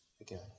again